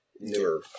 newer